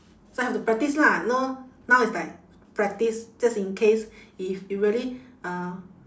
so I have to practise lah know now is like practise just in case if it really uh